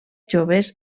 joves